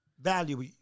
value